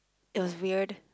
it was weird